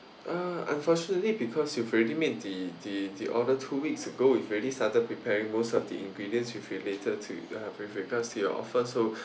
uh unfortunately because you've already made the the order two weeks ago we've already started preparing most of the ingredients with related to uh with regards to your offer so